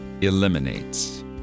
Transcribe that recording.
eliminates